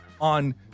on